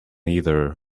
either